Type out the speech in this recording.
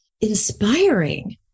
inspiring